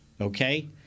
Okay